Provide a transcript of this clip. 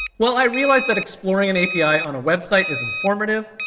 while i realized that exploring an api on a website is informative.